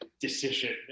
decision